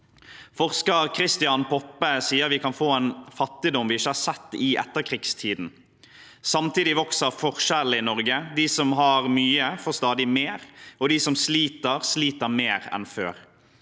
Forsker Christian Poppe sier vi kan få en fattigdom vi ikke har sett i etterkrigstiden. Samtidig vokser forskjellene i Norge. De som har mye, får stadig mer, og de som sliter, sliter mer enn før.